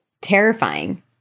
Terrifying